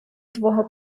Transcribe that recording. твого